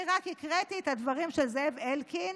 אני רק הקראתי את הדברים של זאב אלקין,